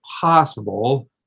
possible